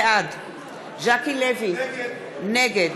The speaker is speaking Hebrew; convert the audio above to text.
בעד ז'קי לוי, נגד